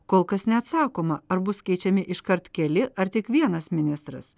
kol kas neatsakoma ar bus keičiami iškart keli ar tik vienas ministras